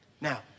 Now